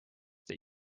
that